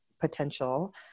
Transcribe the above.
potential